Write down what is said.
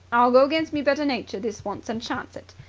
i'll go against my better nature this once and chance it.